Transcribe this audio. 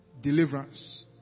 deliverance